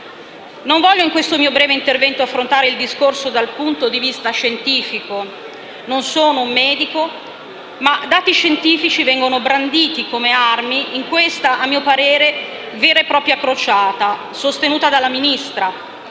Non voglio, in questo mio breve intervento, affrontare il discorso dal punto di vista scientifico - non sono un medico - ma dati scientifici vengono branditi come armi in questa, a mio parere, vera e propria crociata sostenuta dalla Ministra